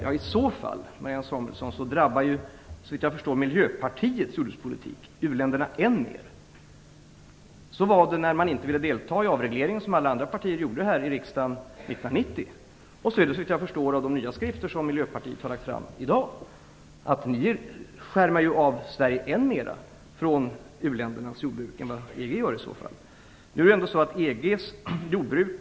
I så fall, Marianne Samuelsson, drabbar ju Miljöpartiets jordbrukspolitik u-länderna än mer. Ni ville ju inte ansluta er till avregleringen som alla andra partier gjorde här i riksdagen 1990. Såvitt jag förstår av Miljöpartiets nya skrifter som har lagts fram i dag skärmar ni av Sverige än mera från u-ländernas jordbruk än vad EU gör.